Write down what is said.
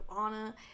anna